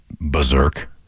berserk